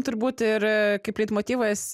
turbūti ir kaip leitmotyvas